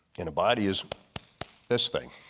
and a body is this thing.